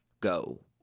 go